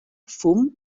fum